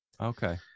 Okay